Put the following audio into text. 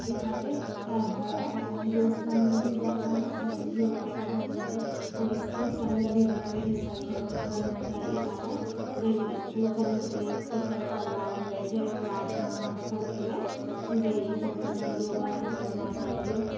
ई खातिर हर दोस्त सभमे भी बताना चाही योगा करना चाही आओर इसकुल सभमे भी बतबै छै सर सभ भी करना चाही ई कारण सभ इसकुल सभमे प्रैक्टिस सभ करबाओल जाइ छै प्रार्थना सभके बेर जे ई सभ करना योगा सभ करना चाहिए